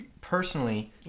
personally